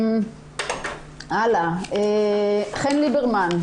חן ליברמן,